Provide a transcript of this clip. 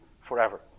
forever